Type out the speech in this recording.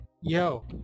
Yo